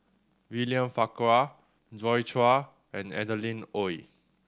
William Farquhar Joi Chua and Adeline Ooi